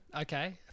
Okay